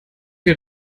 wir